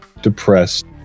depressed